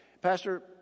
pastor